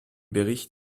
bericht